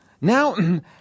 Now